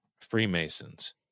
Freemasons